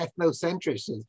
ethnocentrism